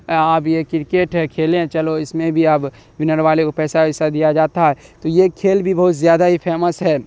آب یہ کرکٹ ہے کھیلی چلو اس میں بھی آپ ونر والے کو پیسہ ویسہ بھی دیا جاتا ہے تو یہ کھیل بھی بہت زیادہ ہی فیمس ہے